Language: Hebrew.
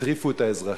הטריפו את האזרחים.